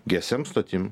gsm stotim